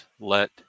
let